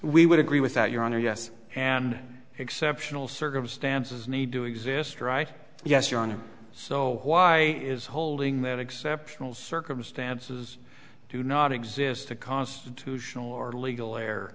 we would agree with that your honor yes and exceptional circumstances need to exist right yes your honor so why is holding that exceptional circumstances do not exist a constitutional or legal air